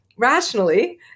rationally